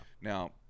Now